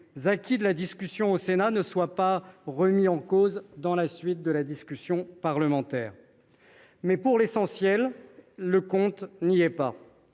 acquis de la discussion au Sénat ne soient pas remis en cause dans la suite de la discussion parlementaire. Mais, pour l'essentiel, le compte n'y est pas.